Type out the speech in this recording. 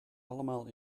allemaal